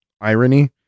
Irony